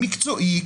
מקצועי,